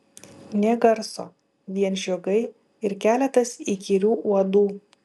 nė garso vien žiogai ir keletas įkyrių uodų